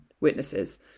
witnesses